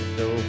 no